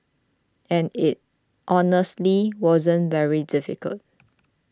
and it honestly wasn't very difficult